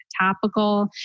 topical